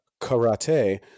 karate